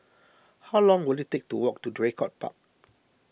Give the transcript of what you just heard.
how long will it take to walk to Draycott Park